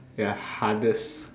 ya hardest